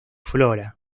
flora